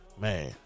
Man